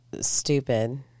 stupid